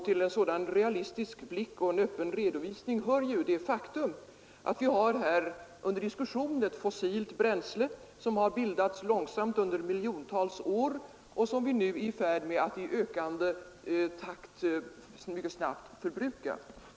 Till en sådan realistisk blick och öppen redovisning hör det faktum att vi under diskussion har ett fossilt bränsle som har bildats långsamt under miljontals år och som vi nu är i färd med att i ökande takt mycket snabbt förbruka.